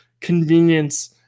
convenience